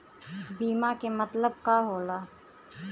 बीमा के मतलब का होला?